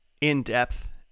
in-depth